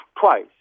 twice